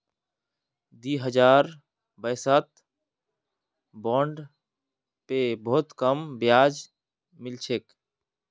दी हजार बाईसत बॉन्ड पे बहुत कम ब्याज मिल छेक